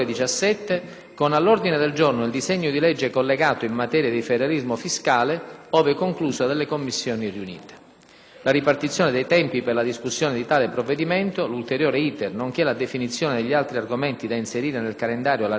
con all'ordine del giorno il disegno di legge collegato in materia di federalismo fiscale, ove concluso dalle Commissioni riunite. La ripartizione dei tempi per la discussione di tale provvedimento, l'ulteriore *iter*, nonché la definizione degli altri argomenti da inserire nel calendario alla ripresa dei lavori